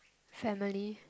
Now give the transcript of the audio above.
family